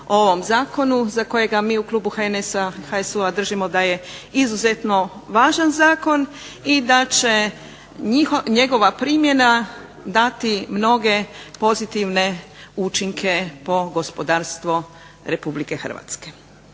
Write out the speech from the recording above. o ovom zakonu za kojega mi u klubu HNS-HSU-a držimo da je izuzetno važan zakon i da će njegova primjena dati mnoge pozitivne učinke po gospodarstvo RH.